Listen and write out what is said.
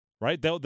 right